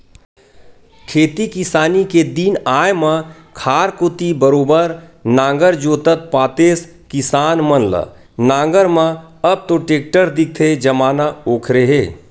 खेती किसानी के दिन आय म खार कोती बरोबर नांगर जोतत पातेस किसान मन ल नांगर म अब तो टेक्टर दिखथे जमाना ओखरे हे